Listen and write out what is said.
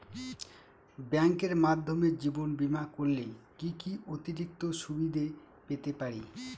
ব্যাংকের মাধ্যমে জীবন বীমা করলে কি কি অতিরিক্ত সুবিধে পেতে পারি?